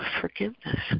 forgiveness